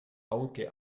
aunque